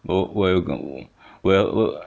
我我有我有